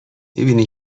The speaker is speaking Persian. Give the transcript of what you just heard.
میبینی